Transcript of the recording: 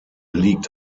liegt